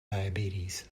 diabetes